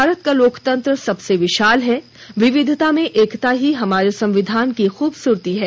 भारत का लोकतंत्र सबसे विशाल है विविधता में एकता ही हमारे संविधान की खूबसूरती है